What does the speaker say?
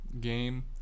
game